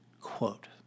quote